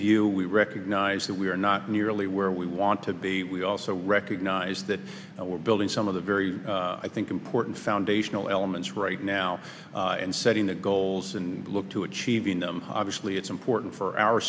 view we recognize that we are not nearly where we want to be we also recognize that we're building some of the very i think important foundational elements right now in setting the goals and look to achieving them obviously it's important for our